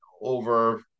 over